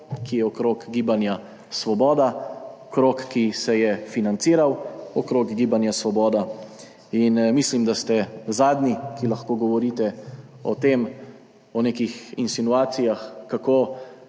ki je okrog Gibanja Svoboda, krog, ki se je financiral okrog Gibanja Svoboda. Mislim, da ste zadnji, ki lahko govorite o tem, o nekih insinuacijah, kako